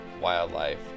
wildlife